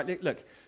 Look